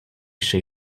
she